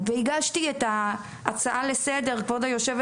הענף נמצא בתהליך קריסה בגידול הצאן.